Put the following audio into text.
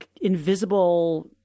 invisible